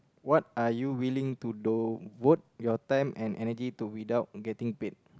what are you willing to devote your time and energy to without getting paid